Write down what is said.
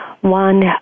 One